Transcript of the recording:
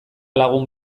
lagun